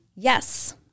Yes